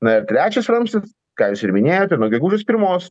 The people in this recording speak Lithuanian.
na ir trečias ramstis ką jūs ir minėjote nuo gegužės pirmos